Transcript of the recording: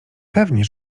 pewnie